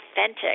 authentic